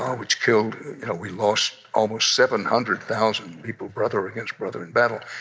um which killed you know, we lost almost seven hundred thousand people, brother against brother in battle.